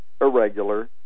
irregular